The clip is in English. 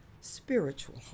spiritual